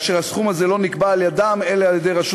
והסכום הזה לא נקבע על-ידיהם אלא על-ידי רשות